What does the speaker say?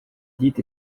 dites